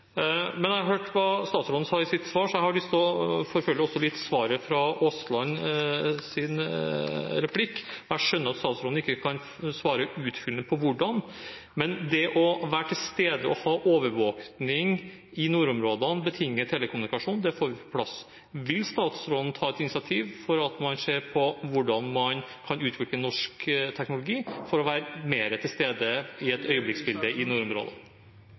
Men jeg hørte hva statsråden sa i sitt svar, så jeg har lyst til å forfølge også svaret etter Aaslands replikk. Jeg skjønner at statsråden ikke kan svare utfyllende på hvordan, men det å være til stede og ha overvåkning i nordområdene betinger telekommunikasjon. Det får vi på plass. Vil statsråden ta initiativ til at man ser på hvordan man kan utvikle norsk teknologi for å være mer til stede i et helhetsbilde i